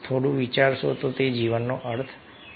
થોડું વિચારશો તો જીવનનો અર્થ આવશે